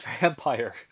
vampire